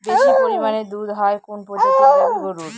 বেশি পরিমানে দুধ হয় কোন প্রজাতির গাভি গরুর?